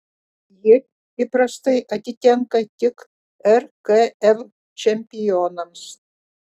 ji įprastai atitenka tik rkl čempionams